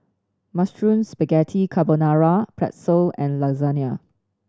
Mushroom Spaghetti Carbonara Pretzel and Lasagna